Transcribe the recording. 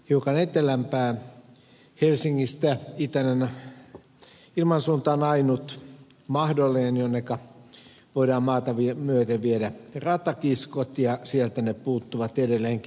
hiukan etelämpää helsingistä itäinen ilmansuunta on ainut mahdollinen jonneka voidaan maata myöden viedä ratakiskot ja sieltä ne puuttuvat edelleenkin